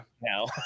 no